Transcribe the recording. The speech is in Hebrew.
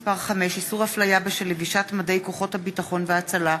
מס' 5) (איסור הפליה בשל לבישת מדי כוחות הביטחון וההצלה),